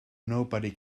nobody